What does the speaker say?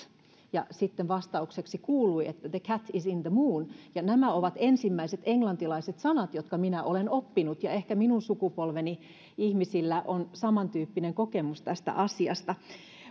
ja sitten vastaukseksi kuului että the cat is in the moon nämä ovat ensimmäiset englantilaiset sanat jotka minä olen oppinut ja ehkä minun sukupolveni ihmisillä on samantyyppinen kokemus tästä asiasta